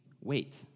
wait